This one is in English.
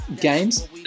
games